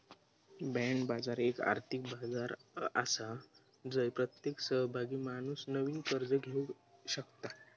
bond बाजार एक आर्थिक बाजार आसा जय प्रत्येक सहभागी माणूस नवीन कर्ज घेवक शकता